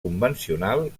convencional